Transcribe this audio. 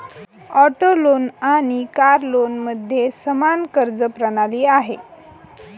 auto loan आणि car लोनमध्ये समान कर्ज प्रणाली आहे